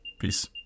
Peace